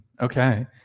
Okay